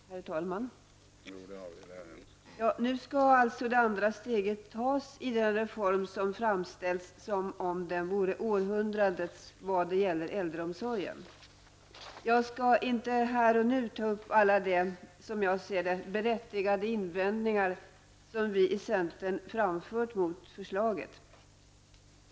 Herr talman! Nu skall alltså det andra steget tas i den reform som framställts som om den vore århundradets vad gäller äldreomsorgen. Jag skall inte här och nu ta upp alla de, som jag ser det, berättigade invändningar som vi i centern framfört mot förslaget.